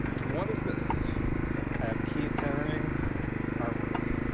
what is this? i have keith haring artwork.